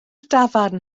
dafarn